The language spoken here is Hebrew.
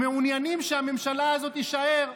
הם מעוניינים שהממשלה הזאת תישאר.